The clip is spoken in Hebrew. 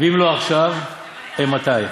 ואם לא עכשיו אימתי.